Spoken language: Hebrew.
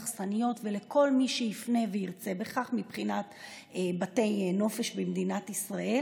לאכסניות ולכל מי שיפנה וירצה בכך מבחינת בתי נופש במדינת ישראל